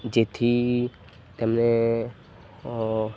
જેથી તેમને